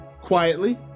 quietly